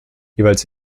jeweils